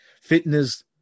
fitness